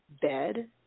bed